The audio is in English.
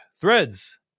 Threads